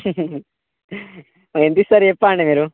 ఎంత ఇస్తారో చెప్పండి మీరు